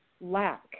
lack